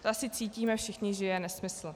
To asi cítíme všichni, že je nesmysl.